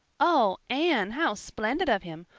oh, anne, how splendid of him!